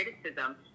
criticism